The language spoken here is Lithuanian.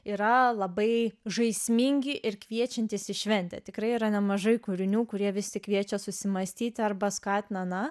yra labai žaismingi ir kviečiantys į šventę tikrai yra nemažai kūrinių kurie vis tik kviečia susimąstyti arba skatina na